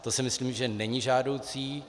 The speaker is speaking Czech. To si myslím, že není žádoucí.